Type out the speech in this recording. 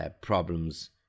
problems